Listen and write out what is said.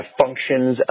functions